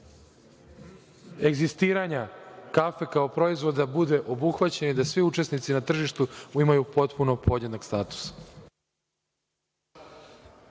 egzistiranja kafe kao proizvoda bude obuhvaćen i da svi učesnici na tržištu imaju potpuno podjednak status.